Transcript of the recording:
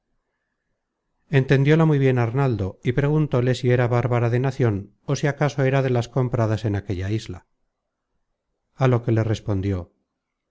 at entendióla muy bien arnaldo y preguntóle si era bárbara de nacion ó si acaso era de las compradas en aquella isla a lo que le respondió